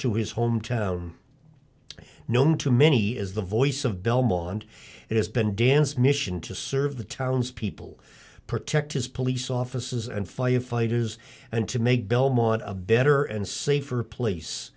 to his hometown and known to many as the voice of belmont it has been dan's mission to serve the townspeople protect his police officers and firefighters and to make belmont a better and safer place